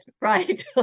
right